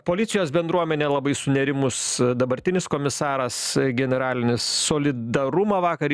policijos bendruomenė labai sunerimus dabartinis komisaras generalinis solidarumą vakar